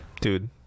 dude